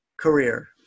career